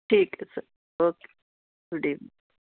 ਠੀਕ ਹੈ sir okay good evening